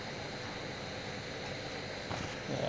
ya